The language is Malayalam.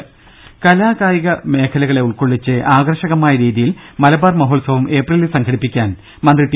രുര കലാ കായിക മേഖലകളെ ഉൾക്കൊള്ളിച്ച് ആകർഷകമായ രീതിയിൽ മലബാർ മഹോത്സവം ഏപ്രിലിൽ സംഘടിപ്പിക്കാൻ മന്ത്രി ടി